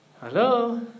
Hello